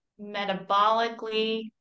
metabolically